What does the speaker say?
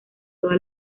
toda